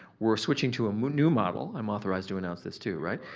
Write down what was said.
we're switching to a new new model. i'm authorized to announce this too right?